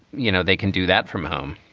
you know, they can do that from home?